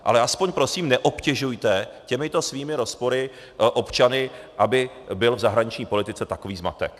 Ale alespoň prosím neobtěžujte těmito svými rozpory občany, aby byl v zahraniční politice takový zmatek.